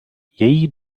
její